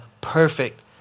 perfect